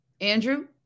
Andrew